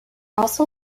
also